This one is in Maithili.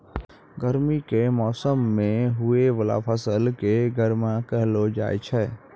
गर्मी के मौसम मे हुवै वाला फसल के गर्मा कहलौ जाय छै